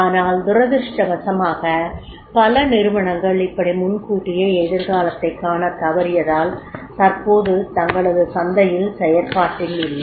ஆனால் துரதிர்ஷ்டவசமாக பல நிறுவனங்கள் இப்படி முன்கூட்டியே எதிர்காலத்தைக் காணத் தவறியதால் தற்போது தங்களது சந்தையில் செயற்பாட்டில் இல்லை